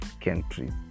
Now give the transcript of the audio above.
countries